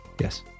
Yes